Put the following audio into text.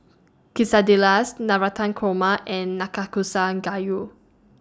Quesadillas Navratan Korma and Nanakusa Gayu